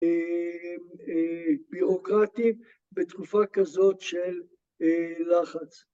‫בירוקרטים בתקופה כזאת של לחץ.